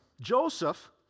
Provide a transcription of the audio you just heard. Joseph